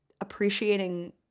appreciating